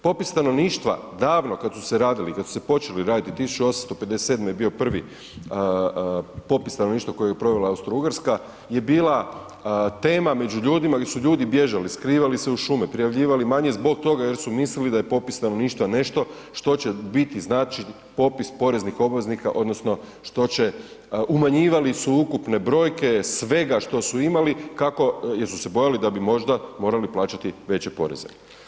Popis stanovništva davno kad su se radili, kad su se počeli raditi, 1857. je bio prvi popis stanovništva koji je provela Austro-Ugarska je bila tema među ljudima gdje su ljudi bježali, skrivali se u šume, prijavljivali manje zbog toga jer su mislili da je popis stanovništva nešto što će biti znači popis poreznih obveznika odnosno što će, umanjivali su ukupne brojke svega što su imali kako, jer su se bojali da bi možda morali plaćati veće poreze.